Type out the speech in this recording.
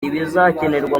ibizakenerwa